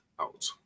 out